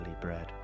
bread